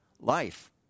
life